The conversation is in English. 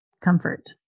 comfort